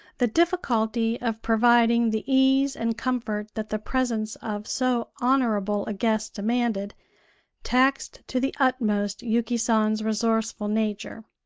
the difficulty of providing the ease and comfort that the presence of so honorable a guest demanded taxed to the utmost yuki san's resourceful nature.